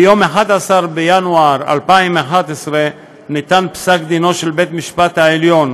ביום 11 בינואר 2011 ניתן פסק דין של בית המשפט העליון,